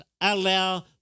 allow